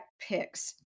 picks